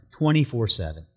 24-7